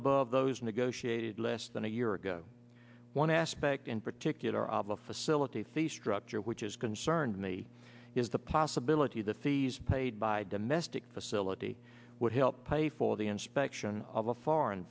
above those negotiated less than a year ago one aspect in particular of a silicate fee structure which is concerned me is the possibility the fees paid by domestic facility would help pay for the inspection of a foreign